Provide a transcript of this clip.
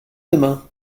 demain